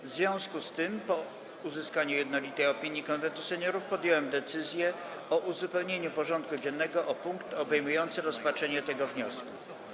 W związku z tym, po uzyskaniu jednolitej opinii Konwentu Seniorów, podjąłem decyzję o uzupełnieniu porządku dziennego o punkt obejmujący rozpatrzenie tego wniosku.